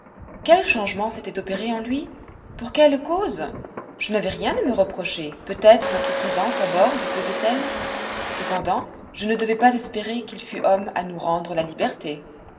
quel changement s'était opéré en lui pour quelle cause je n'avais rien à me reprocher peut-être notre présence à bord lui pesait elle cependant je ne devais pas espérer qu'il fût homme à nous rendre la liberté